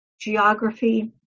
geography